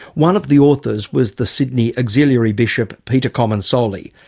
one of the authors was the sydney auxiliary bishop, peter comensoli.